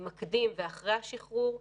מקדים ואחרי השחרור,